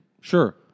Sure